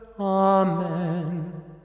Amen